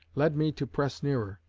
led me to press nearer.